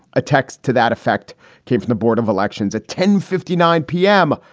a text to that effect came from the board of elections at ten fifty nine p m.